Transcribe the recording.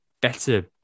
better